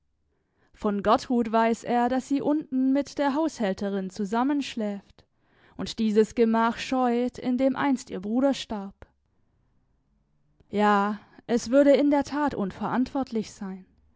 von gertrud weiß er daß sie unten mit der haushälterin zusammen schläft und dieses gemach scheut in dem einst ihr bruder starb ja es würde in der tat unverantwortlich sein